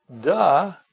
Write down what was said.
Duh